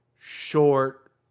short